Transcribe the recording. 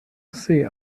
jose